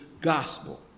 gospel